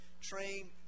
train